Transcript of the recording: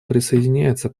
присоединяется